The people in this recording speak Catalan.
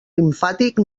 limfàtic